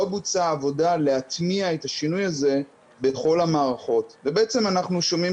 לא בוצעה העבודה להטמיע את השינוי הזה בכל המערכות ובעצם אנחנו שומעים